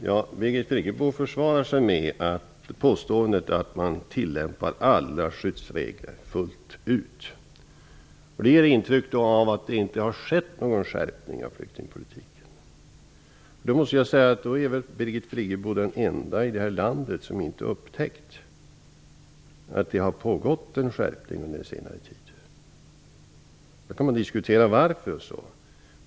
Fru talman! Birgit Friggebo försvarar sig med påståendet att man tillämpar alla skyddsregler fullt ut. Det ger intrycket av att det inte har skett någon skärpning av flyktingpolitiken. Birgit Friggebo är i så fall den enda i det här landet som inte har upptäckt att det har pågått en skärpning under senare tid. Man kan diskutera varför det har skett.